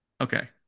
Okay